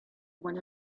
one